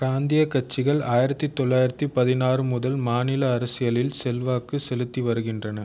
பிராந்தியக் கட்சிகள் ஆயிரத்து தொள்ளாயிரத்து பதினாறு முதல் மாநில அரசியலில் செல்வாக்குச் செலுத்தி வருகின்றன